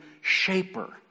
shaper